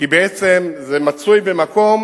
כי זה מצוי במקום